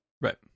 Right